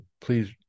please